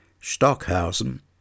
Stockhausen